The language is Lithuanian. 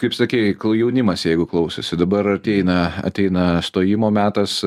kaip sakei kol jaunimas jeigu klausėsi dabar ateina ateina stojimo metas